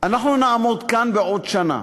אנחנו נעמוד כאן בעוד שנה,